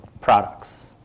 products